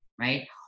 right